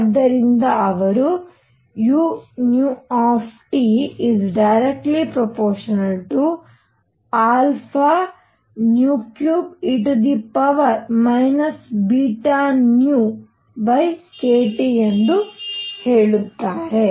ಆದ್ದರಿಂದ ಅವರು u 3e βνkT ಎಂದು ಹೇಳುತ್ತಾರೆ